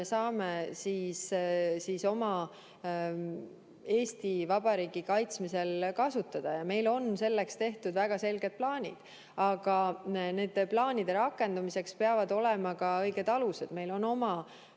me saame Eesti Vabariigi kaitsmisel kasutada, ja meil on selleks tehtud väga selged plaanid. Aga nende plaanide rakendumiseks peavad olema ka õiged alused. Meil on oma